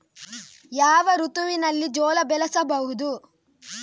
ಯಾವ ಋತುವಿನಲ್ಲಿ ಜೋಳ ಬೆಳೆಸಬಹುದು?